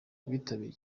witabiriye